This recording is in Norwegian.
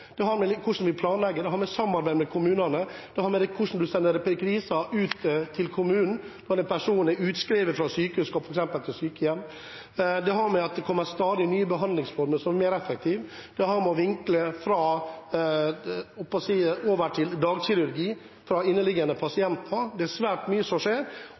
til å tenke litt på hvordan vi gjør det. Det går på innføring av IKT. Det har å gjøre med hvordan vi planlegger. Det har å gjøre med samarbeid med kommunene– hvordan man sender epikriser ut til kommunen når en person er utskrevet fra sykehus og skal f.eks. på sykehjem. Det har å gjøre med at det stadig kommer nye behandlingsformer som er mer effektive. Det har å gjøre med å vinkle fra inneliggende pasienter til